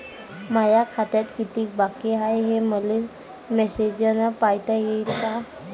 माया खात्यात कितीक बाकी हाय, हे मले मेसेजन पायता येईन का?